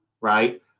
right